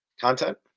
content